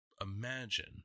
imagine